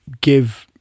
give